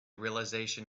realization